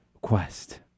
quest